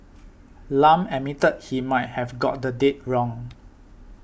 Lam admitted he might have got the date wrong